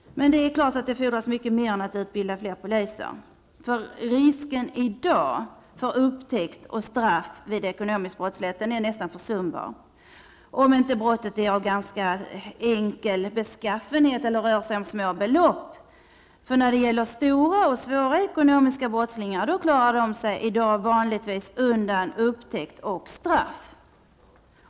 Men det fordras mycket mer än att utbilda fler poliser. Risken för upptäckt och straff vid ekonomisk brottslighet är i dag nästan försumbar, om inte brottet är av ganska enkel beskaffenhet eller rör små belopp. De stora och svåra ekonomiska brottslingarna klarar sig vanligtvis undan upptäckt och straff.